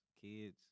kids